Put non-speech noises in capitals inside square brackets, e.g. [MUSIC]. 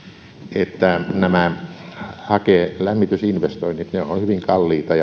että nämä hakelämmitysinvestoinnit ovat hyvin kalliita [UNINTELLIGIBLE]